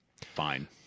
fine